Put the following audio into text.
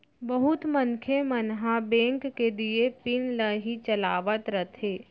बहुत मनखे मन ह बेंक के दिये पिन ल ही चलावत रथें